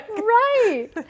Right